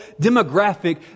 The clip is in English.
demographic